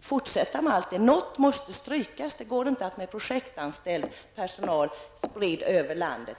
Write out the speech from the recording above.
fortsätta med allt detta med tre personer. Något måste strykas. Det går inte att göra allt detta med projektanställd personal spridd över landet.